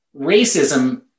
racism